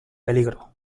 peligro